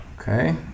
Okay